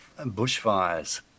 bushfires